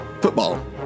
football